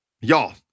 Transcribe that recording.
Y'all